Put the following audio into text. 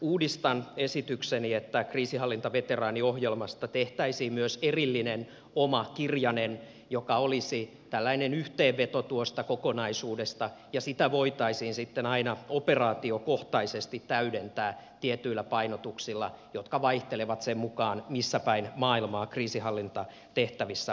uudistan esitykseni että kriisinhallintaveteraaniohjelmasta tehtäisiin myös erillinen oma kirjanen joka olisi tällainen yhteenveto tuosta kokonaisuudesta ja sitä voitaisiin sitten aina operaatiokohtaisesti täydentää tietyillä painotuksilla jotka vaihtelevat sen mukaan missä päin maailmaa kriisinhallintatehtävissä ollaan